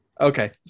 Okay